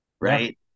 Right